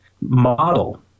model